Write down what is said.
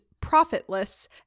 profitless